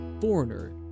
Foreigner